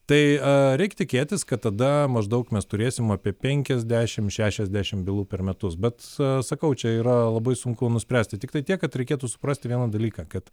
tai reik tikėtis kad tada maždaug mes turėsim apie penkiasdešim šešiasdešim bylų per metus bet sakau čia yra labai sunku nuspręsti tiktai tiek kad reikėtų suprasti vieną dalyką kad